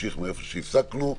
תמשיך מהמקום בו הפסקנו.